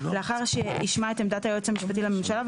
לאחר ששמע את עמדת היועץ המשפטי לממשלה,